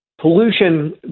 pollution